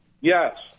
Yes